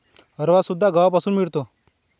रवासुद्धा गव्हापासून मिळतो